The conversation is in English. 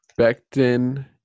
Becton